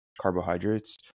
carbohydrates